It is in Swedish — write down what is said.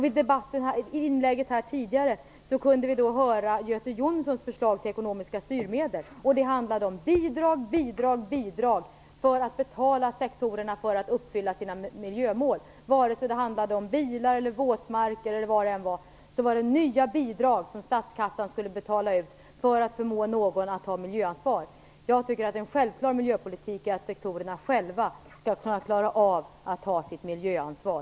I det tidigare inlägget kunde vi höra Göte Jonssons förslag till ekonomiska styrmedel, och det handlade om bidrag, bidrag och åter bidrag för att betala sektorerna för att uppfylla sina miljömål. Oavsett om det handlade om bilar, våtmarker eller annat skulle statskassan betala ut nya bidrag för att förmå någon att ta miljöansvar. Jag tycker att det är en självklar miljöpolitik att sektorerna själva skall kunna klara att ta sitt miljöansvar.